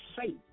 faith